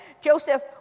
Joseph